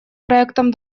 проектом